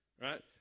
Right